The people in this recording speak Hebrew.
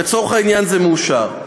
לצורך העניין זה מאושר.